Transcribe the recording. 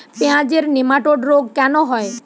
পেঁয়াজের নেমাটোড রোগ কেন হয়?